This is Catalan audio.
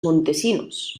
montesinos